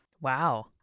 Wow